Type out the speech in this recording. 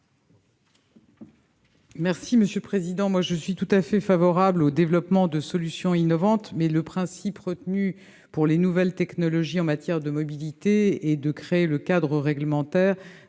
l'avis du Gouvernement ? Je suis tout à fait favorable au développement de solutions innovantes, mais le principe retenu pour les nouvelles technologies en matière de mobilités est de créer le cadre réglementaire